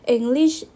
English